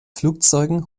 flugzeugen